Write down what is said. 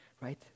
right